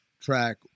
track